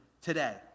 today